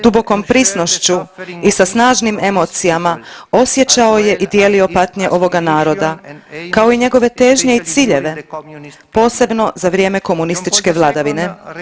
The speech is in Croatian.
Dubokom prisnošću i sa snažnim emocijama osjećao je i dijelio patnje ovoga naroda, kao i njegove težnje i ciljeve posebno za vrijeme komunističke vladavine.